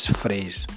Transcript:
phrase